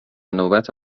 نوبت